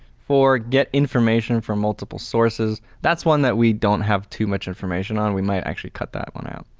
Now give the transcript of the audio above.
four get information from multiple sources. that's one that we don't have too much information on. we might actually cut that one out.